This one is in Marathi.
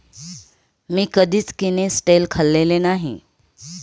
मी कधीच किनिस्टेल खाल्लेले नाही